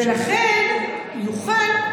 ולכן הוא יוכל,